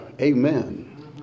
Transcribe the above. Amen